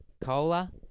Cola